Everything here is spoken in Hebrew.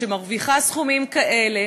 שמרוויחה סכומים כאלה,